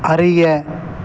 அறிய